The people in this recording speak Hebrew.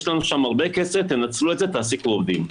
יש לנו שם הרבה כסף, תנצלו את זה, תעסיקו עובדים.